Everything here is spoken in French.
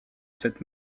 cette